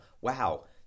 Wow